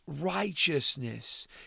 righteousness